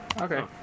Okay